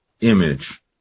image